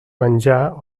menjar